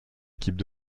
équipes